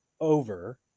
over